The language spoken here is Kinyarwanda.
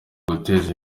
guteza